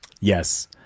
Yes